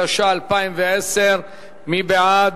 התש"ע 2010. מי בעד?